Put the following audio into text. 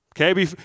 Okay